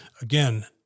again